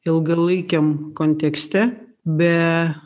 ilgalaikiam kontekste be